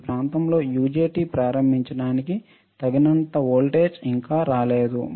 ఈ ప్రాంతం లో యుజెటి ప్రారంభించడానికి తగినంత వోల్టేజ్ ఇంకా రాలేదు